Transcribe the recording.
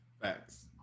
Facts